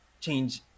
change